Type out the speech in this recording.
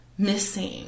missing